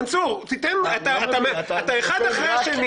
מנסור, אתה אחד אחרי השני